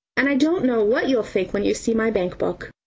and i don't know what you'll think when you see my bankbook.